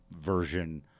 version